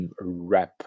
wrap